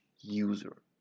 user